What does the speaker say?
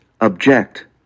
object